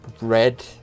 red